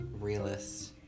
realist